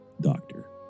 doctor